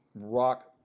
rock